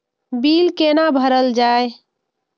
Bill कैना भरल जाय?